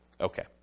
Okay